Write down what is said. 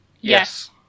Yes